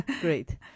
great